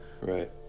Right